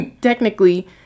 technically